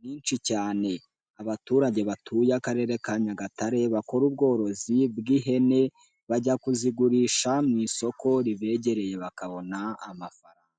nyinshi cyane, abaturage batuye Akarere ka Nyagatare bakora ubworozi bw'ihene bajya kuzigurisha mu isoko ribegereye bakabona amafaranga.